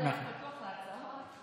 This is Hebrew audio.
פתוח להצעות.